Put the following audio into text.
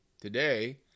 Today